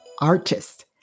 Artist